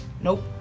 Nope